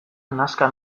nazka